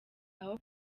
aho